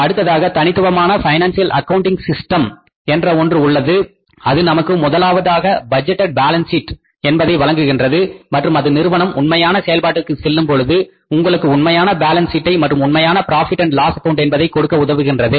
அடுத்ததாக தனித்துவமான financial accounting system என்ற ஒன்று உள்ளது அது நமக்கு முதலாவதாக பட்ஜெட்டேட் பாலன்ஸ் சீட் என்பதை வழங்குகின்றது மற்றும் அது நிறுவனம் உண்மையான செயல்பாட்டுக்கு செல்லும்பொழுது உங்களுக்கு உண்மையான பேலன்ஸ் ஷீட்டை மற்றும் உண்மையான புரோஃபிட் அண்ட் லாஸ் அக்கவுண்ட் என்பதை கொடுக்க உதவுகின்றது